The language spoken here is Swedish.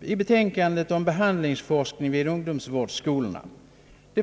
i betänkandet om behandlingsforskning vid ungdomsvårdsskolorna.